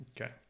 Okay